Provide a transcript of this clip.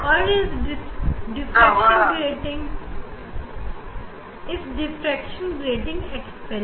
अब मैं विराम लेता हूं